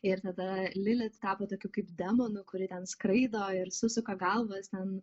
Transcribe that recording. ir tada lilit tapo tokiu kaip demonu kuri ten skraido ir susuka galvas ten